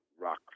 rock